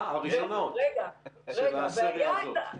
הראשונות של הסריה הזאת.